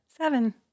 seven